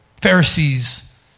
Pharisees